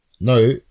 no